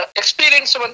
experience